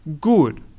good